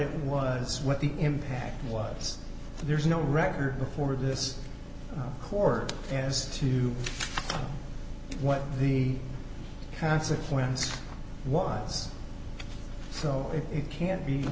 it was what the impact was so there's no record before this court as to what the consequence was so it can't be